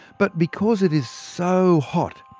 but because it is so hot,